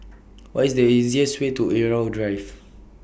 What IS The easiest Way to Irau Drive